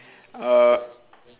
uh